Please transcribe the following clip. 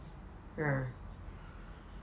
ah